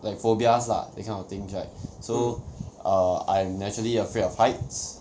like phobias lah that kind of things right so err I'm actually afraid of heights